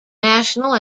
national